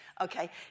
Okay